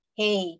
hey